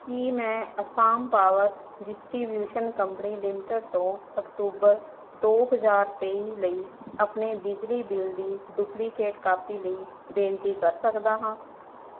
ਕੀ ਮੈਂ Assam power distribution company limited ਤੋਂ ਅਕਤੂਬਰ ਦੋ ਹਜ਼ਾਰ ਤੇਈ ਲਈ ਆਪਣੇ ਬਿਜਲੀ ਬਿੱਲ ਦੀ ਡੁਪਲੀਕੇਟ ਕਾਪੀ ਲਈ ਬੇਨਤੀ ਕਰ ਸਕਦਾ ਹਾਂ